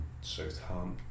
Southampton